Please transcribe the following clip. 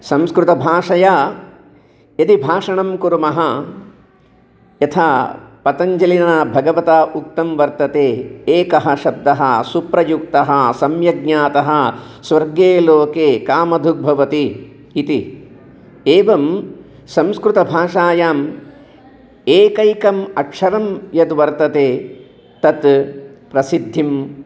संस्कृतभाषया यदि भाषणं कुर्मः यथा पतञ्जलिना भगवता उक्तं वर्तते एकः शब्दः सुप्रयुक्तः सम्यग्ज्ञातः स्वर्गे लोके कामधुग्भवति इति एवं संस्कृतभाषायाम् एकैकम् अक्षरं यद् वर्तते तत् प्रसिद्धिं